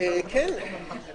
על סדר היום: